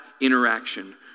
interaction